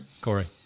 Corey